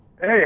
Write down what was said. Hey